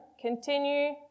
Continue